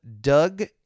Doug